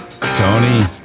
Tony